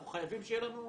אנחנו חייבים שיהיה לנו,